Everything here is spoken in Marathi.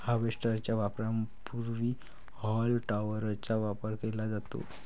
हार्वेस्टर च्या वापरापूर्वी हॉल टॉपरचा वापर केला जातो